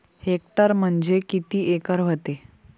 Hectare म्हणजे किती acre व्हते?